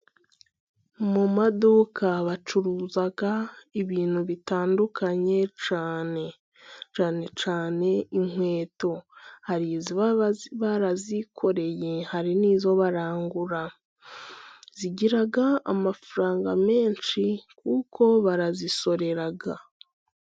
Mu maduka bacuruza ibintu bitandukanye cyane. Cyane cyane inkweto, hari izo baba barazikoreye, hari n'izo barangura. Zigiraga amafaranga menshi kuko barazisorera.